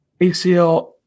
ACL